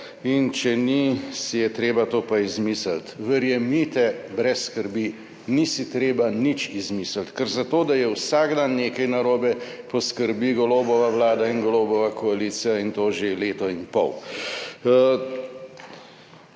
in če ni, si je treba to pa izmisliti. Verjemite, brez skrbi, ni si treba nič izmisliti, ker zato, da je vsak dan nekaj narobe, poskrbi Golobova vlada in Golobova koalicija in to že leto in pol.